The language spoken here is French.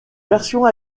version